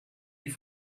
die